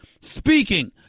speaking